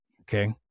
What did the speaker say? Okay